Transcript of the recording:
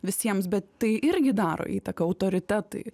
visiems bet tai irgi daro įtaką autoritetai